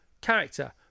character